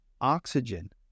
oxygen